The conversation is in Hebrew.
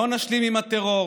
לא נשלים עם הטרור.